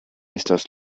estas